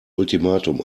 ultimatum